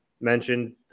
mentioned